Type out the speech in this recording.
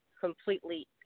completely